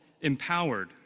Empowered